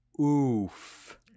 Oof